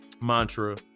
mantra